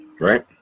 Right